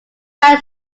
ran